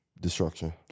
destruction